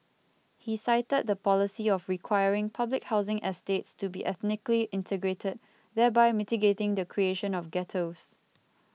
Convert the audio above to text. he cited the policy of requiring public housing estates to be ethnically integrated thereby mitigating the creation of ghettos